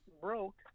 broke